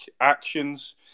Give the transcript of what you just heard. actions